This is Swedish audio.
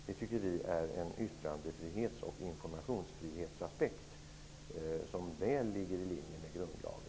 Det tycker vi är en yttrandefrihets och informationsfrihetsaspekt som väl ligger i linje med grundlagen.